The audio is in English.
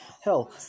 Hell